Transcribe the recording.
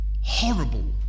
horrible